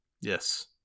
Yes